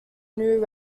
new